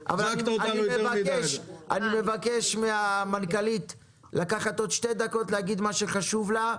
אבל אני מבקש לתת למנכ"לית עוד שתי דקות להגיד מה שחשוב לה,